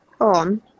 on